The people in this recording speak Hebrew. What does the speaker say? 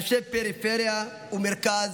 אנשי פריפריה ומרכז,